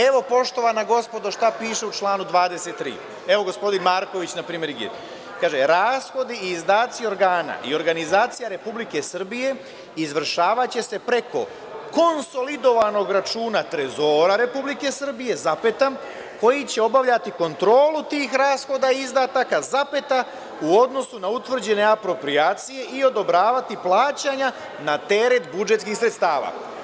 Evo poštovana gospodo šta piše u članu 23, evo gospodin Marković npr, kaže – rashodi i izdaci organa i organizacija Republike Srbije izvršavaće se preko konsolidovanog računa trezora Republike Srbije, koji će obavljati kontrolu tih rashoda i izdataka, u odnosu na utvrđene aproprijacije i odobravati plaćanja na teret budžetskih sredstava.